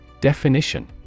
Definition